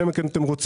אלא אם כן אתם רוצים.